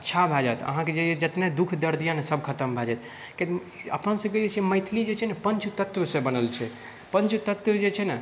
अच्छा भए जायत अहाँकेँ जितना दुःख दर्द अछि ने सभ खतम भए जायत किआकि अपना सभकेँ जे छै ने मैथिली छै ने पञ्च तत्वसँ बनल छै पञ्च तत्व जे छै ने